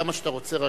כמה שאתה רוצה,